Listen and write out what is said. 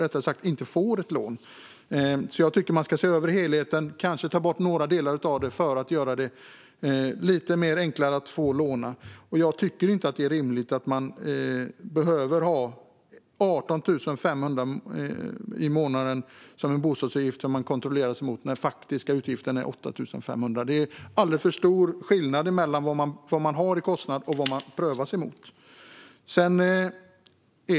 Jag tycker alltså att man ska se över helheten och kanske ta bort några delar för att göra det lite enklare att låna. Jag tycker inte att det är rimligt att man behöver kontrolleras mot en bostadsutgift på 18 500 i månaden när den faktiska utgiften är 8 500 kronor. Det är alldeles för stor skillnad mellan vad man har i kostnad och vad man prövas emot.